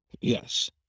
yes